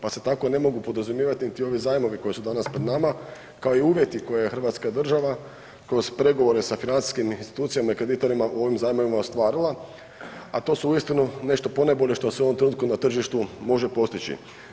Pa se tako ne mogu ni podrazumijevati niti ovi zajmovi koji danas pred nama kao i uvjeti koje je hrvatska država kroz pregovore sa financijskim institucijama i kreditorima u ovim zajmovima ostvarila, a to su uistinu nešto ponajbolje što se u ovom trenutku na tržištu može postići.